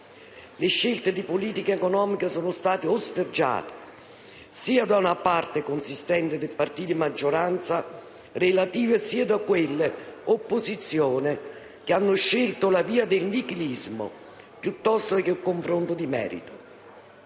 Le scelte di politica economica sono state osteggiate sia da una parte consistente del partito di maggioranza relativa, sia da quelle opposizioni che hanno scelto la via del nichilismo, piuttosto che il confronto di merito,